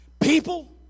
People